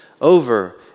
Over